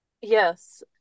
Yes